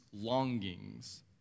longings